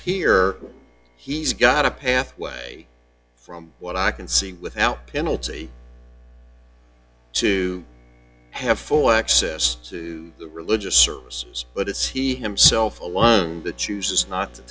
here he's got a pathway from what i can see without penalty to have full access to the religious services but it's he himself and the chooses not to